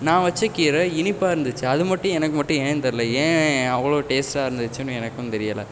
நான் வச்ச கீரை இனிப்பாக இருந்துச்சு அது மட்டும் எனக்கு மட்டும் ஏன் தெரில ஏன் அவ்வளோ டேஸ்ட்டாக இருந்துச்சுனு எனக்கும் தெரியல